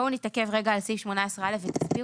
בואו נתעכב רגע על סעיף 18א ותסבירו.